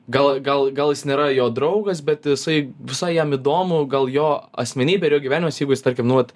gal gal gal jis nėra jo draugas bet jisai visai jam įdomu gal jo asmenybė ir jo gyvenimas jeigu jis tarkim nu vat